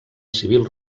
civil